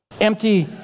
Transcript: empty